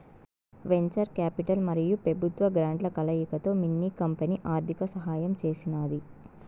venture capital మరియు పెబుత్వ గ్రాంట్ల కలయికతో మిన్ని కంపెనీ ఆర్థిక సహాయం చేసినాది